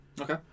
Okay